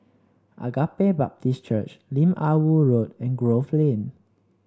Agape Baptist Church Lim Ah Woo Road and Grove Lane